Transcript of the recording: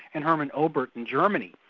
and hermann oberth in germany.